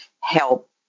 help